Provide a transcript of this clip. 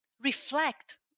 reflect